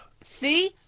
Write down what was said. see